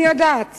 אני יודעת